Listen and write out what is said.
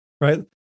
right